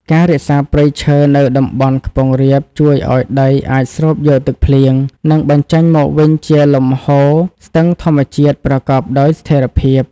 ការរក្សាព្រៃឈើនៅតំបន់ខ្ពង់រាបជួយឱ្យដីអាចស្រូបយកទឹកភ្លៀង និងបញ្ចេញមកវិញជាលំហូរស្ទឹងធម្មជាតិប្រកបដោយស្ថិរភាព។